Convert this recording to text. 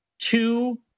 two